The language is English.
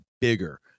bigger